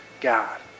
God